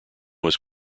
was